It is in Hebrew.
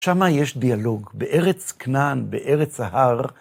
שמה יש דיאלוג, בארץ כנען, בארץ ההר.